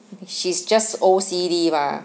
she's just O_C_D bah